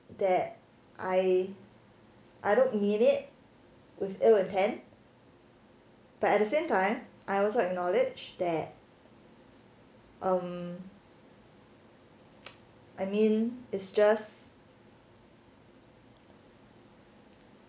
that I I don't mean it with ill intent but at the same time I also acknowledge that um I mean it's just